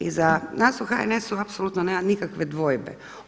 I za nas u HNS-u apsolutno nema nikakve dvojbe.